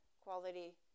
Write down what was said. quality